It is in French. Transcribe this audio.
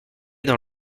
dans